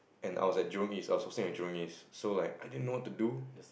and I was at Jurong East I hosting at Jurong East so like I didn't know what to do